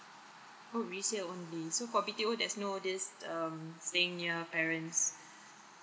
oh resale only so for B_T_O there's no this um staying near parents